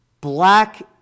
black